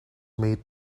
made